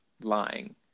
lying